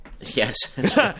Yes